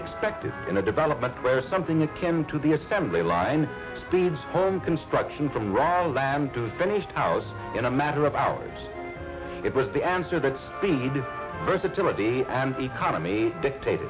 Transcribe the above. expected in a development where something akin to the assembly line feeds home construction from rather than to finished hours in a matter of hours it was the answer that the versatility and economy dictat